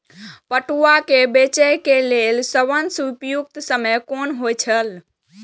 पटुआ केय बेचय केय सबसं उपयुक्त समय कोन होय छल?